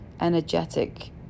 Energetic